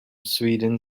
sweden